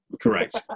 Correct